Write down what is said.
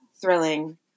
Thrilling